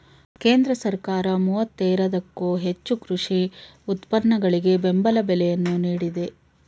ಕೇಂದ್ರ ಸರ್ಕಾರ ಮೂವತ್ತೇರದಕ್ಕೋ ಹೆಚ್ಚು ಕೃಷಿ ಉತ್ಪನ್ನಗಳಿಗೆ ಬೆಂಬಲ ಬೆಲೆಯನ್ನು ನೀಡಿದೆ